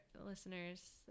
listeners